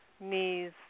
knees